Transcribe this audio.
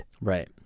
Right